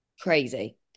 crazy